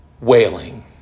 wailing